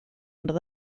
under